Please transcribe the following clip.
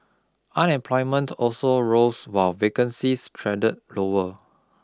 unemployment also rose while vacancies trended lower